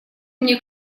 мне